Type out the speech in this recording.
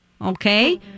okay